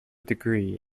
degree